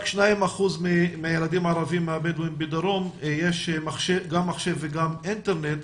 ל-2% מהילדים הערבים הבדואים בדרום יש גם מחשב וגם אינטרנט,